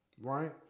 right